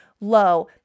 low